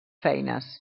feines